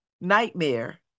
nightmare